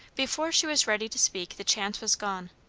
before she was ready to speak the chance was gone.